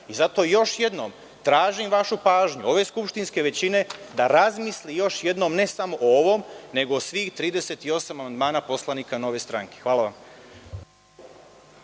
i zato još jednom tražim vašu pažnju, ove skupštinske većine, da razmisli još jednom, ne samo o ovom, nego o svih 38 amandmana poslanika Nove stranke. Hvala.